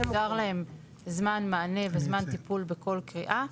מוגדר להם זמן מענה וזמן טיפול בכל קריאה.